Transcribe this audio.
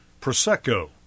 Prosecco